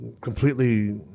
completely